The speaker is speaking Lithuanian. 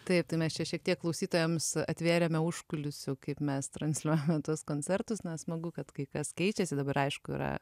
taip tai mes čia šiek tiek klausytojams atvėrėme užkulisių kaip mes transliuojame tuos koncertus na smagu kad kai kas keičiasi dabar aišku yra